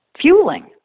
fueling